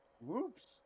Whoops